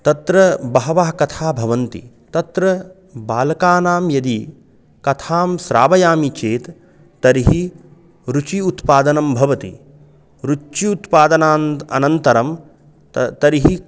तत्र बहवः कथाः भवन्ति तत्र बालकानां यदि कथां श्रावयामि चेत् तर्हि रुचेः उत्पादनं भवति रुच्युत्पादनान् अनन्तरं तर्हि